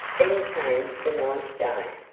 then came the ninth day,